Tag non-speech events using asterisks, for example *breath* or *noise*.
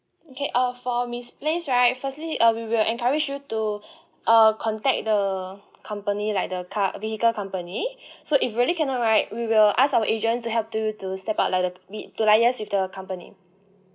okay uh for misplaced right firstly uh we will encourage you to *breath* uh contact the company like the car vehicle company *breath* so if really cannot right we will ask our agent to help to to step out like we to liaise with the company